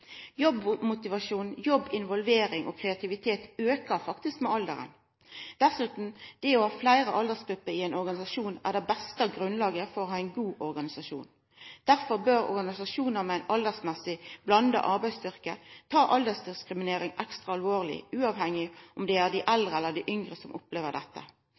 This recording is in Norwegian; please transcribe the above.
Jobbmotivasjon, jobbinvolvering og kreativitet aukar faktisk med alderen. Dessutan er det å ha fleire aldersgrupper i ein organisasjon det beste grunnlaget for å ha ein god organisasjon. Derfor bør organisasjonar med ein aldersmessig blanda arbeidsstyrke ta aldersdiskriminering særleg alvorleg uavhengig av om det er dei eldre eller dei yngre som opplever dette.